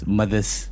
mothers